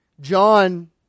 John